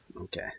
Okay